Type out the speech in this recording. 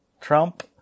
Trump